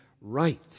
right